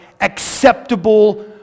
acceptable